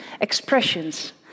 expressions